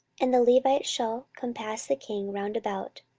and the levites shall compass the king round about,